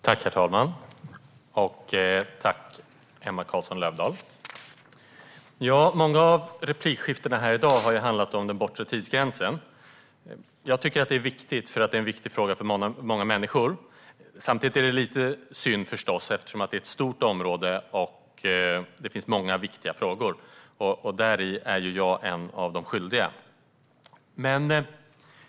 Herr talman! Tack, Emma Carlsson Löfdahl! Många av replikskiftena här i dag, där jag är en av de skyldiga, har handlat om den bortre tidsgränsen. Samtidigt är det lite synd, för även om det är en viktig fråga för många människor är detta ett stort område med många viktiga frågor.